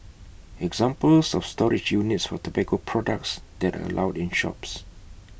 examples of storage units for tobacco products that are allowed in shops